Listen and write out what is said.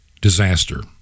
Disaster